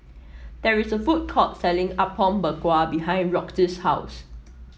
there is a food court selling Apom Berkuah behind Roxie's house